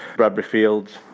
but but fields,